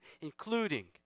including